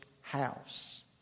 house